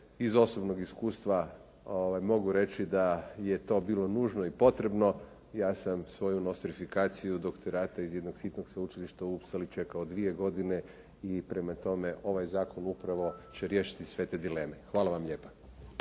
Iz osobnog iskustva mogu reći da je to bilo nužno i potrebno, ja sam svoju nostrifikaciju doktorata iz jednog sitnog sveučilišta u … /Ne razumije se./ … čekao dvije godine i prema tome ovaj zakon upravo će riješiti sve te dileme. Hvala vam lijepa.